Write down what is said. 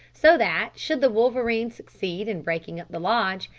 so that, should the wolverine succeed in breaking up the lodge,